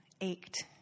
ached